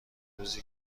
روزی